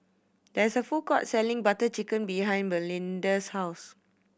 there is a food court selling Butter Chicken behind Melinda's house